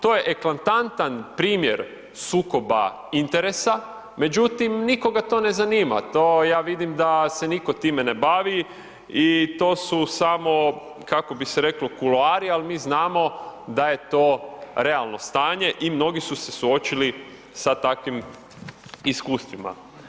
To je eklatantan primjer sukoba interesa, međutim nikoga to ne zanima, to ja vidim da se nitko time ne bavi i to su samo, kako bi se reklo, kuloari, ali mi znamo da je to realno stanje i mnogi su se suočili sa takvim iskustvima.